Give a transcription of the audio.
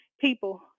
people